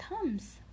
thumbs